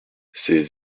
ces